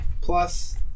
Plus